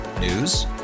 News